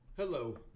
Hello